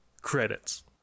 Credits